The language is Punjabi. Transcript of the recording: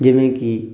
ਜਿਵੇਂ ਕਿ